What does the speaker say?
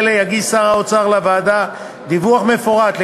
בשנים האלה יגיש שר האוצר לוועדה דיווח מפורט על